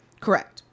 Correct